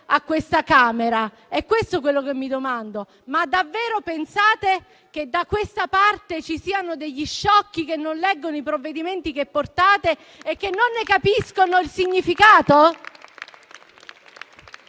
a questa Camera? È questo, quello che mi domando: davvero pensate che da questa parte ci siano degli sciocchi che non leggono i provvedimenti che portate e che non ne capiscono il significato?